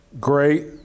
Great